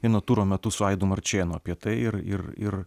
vieno turo metu su aidu marčėnu apie tai ir ir ir